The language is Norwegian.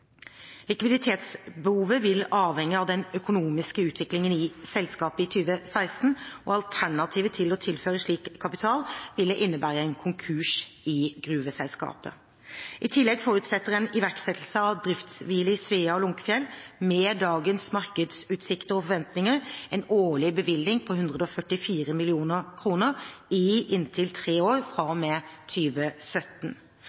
Likviditetsbehovet vil avhenge av den økonomiske utviklingen i selskapet i 2016. Alternativet til å tilføre slik kapital ville innebære konkurs i gruveselskapet. I tillegg forutsetter en iverksettelse av driftshvile i Svea og Lunckefjell med dagens markedsutsikter og forventninger en årlig bevilgning på 144 mill. kr i inntil tre år fra